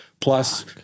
Plus